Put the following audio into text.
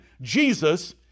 Jesus